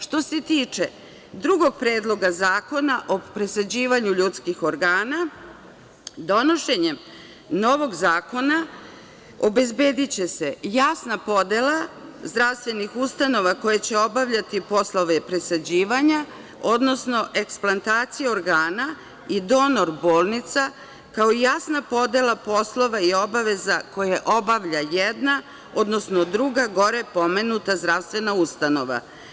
Što se tiče drugog predloga zakona o presađivanju ljudskih organa, donošenjem novog zakona obezbediće se jasna podela zdravstvenih ustanova koje će obavljati poslove presađivanja, odnosno eksplantacije organa i donor bolnica kao jasna podela poslova i obaveza koje obavlja jedna, odnosno druga, gore pomenuta zdravstvena ustanova.